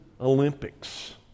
Olympics